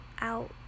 out